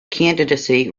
candidacy